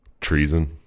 Treason